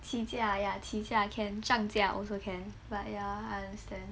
起价 ya 起价 can 涨价 also can but ya understand